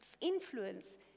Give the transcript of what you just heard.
influence